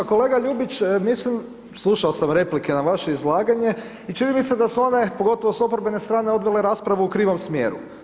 Kolega Ljubić, slušao sam replike na vaše izlaganje i čini mi se da su one, pogotovo s oporbene strane odvele rasprave u krivom smjeru.